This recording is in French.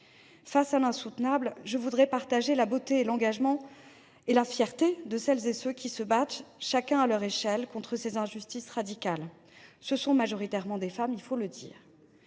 Face à l’insoutenable, je voudrais partager la beauté de l’engagement et la fierté de celles et ceux qui se battent, chacun à leur échelle, contre ces injustices radicales. Ce sont majoritairement des femmes, il faut bien le dire.